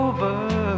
Over